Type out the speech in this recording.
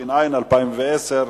התש"ע 2010,